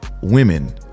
women